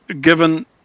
given